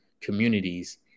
communities